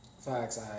Facts